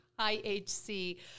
IHC